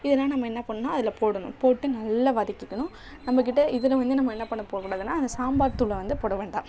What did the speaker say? இதெல்லாம் நம்ம என்ன பண்ணுன்னா அதில் போடணும் போட்டு நல்லா வதக்கிக்கணும் நம்மக்கிட்ட இதில் வந்து நம்ம என்ன பண்ண போக்கூடாதுன்னா அந்த சாம்பார் தூளை வந்து போட வேண்டாம்